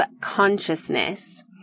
consciousness